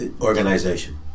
organization